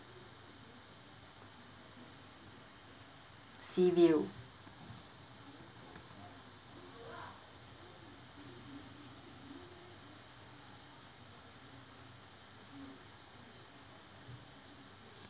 sea view